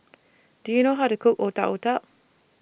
Do YOU know How to Cook Otak Otak